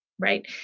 Right